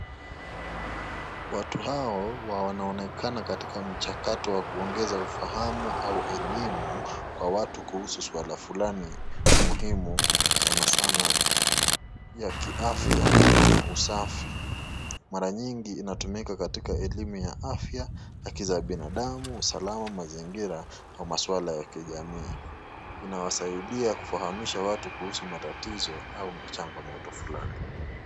Watu hao waonaonekana katika mchakato wa kuongeza ufahamu au elimu kwa watu kuhusu swala fulani muhimi sana sana ya kiafya na usafi. Mara nyingi inatumika katika elimu ya afya, haki za binadamu, usalama mazingira na maswala ya kijamii. Inawasaidia kufahamisha watu kuhusu matatizo au changamoto fulani.